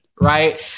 right